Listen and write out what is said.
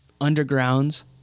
undergrounds